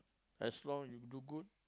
as long you do good